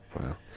Wow